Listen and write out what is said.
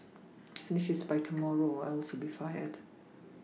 finish this by tomorrow or else you'll be fired